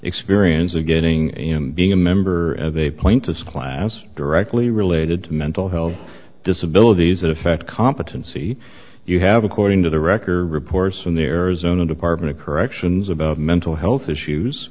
experience of getting being a member of a plane to sklansky directly related to mental health disability affect competency you have according to the record reports from the arizona department of corrections about mental health issues